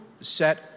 set